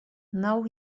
now